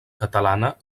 catalana